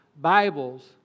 Bibles